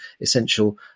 essential